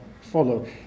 follow